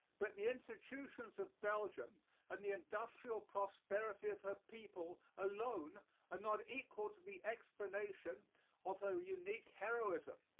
but the institutions of belgium and the industrial prosperity of her people alone are not equal to the explanation of her unique heroism.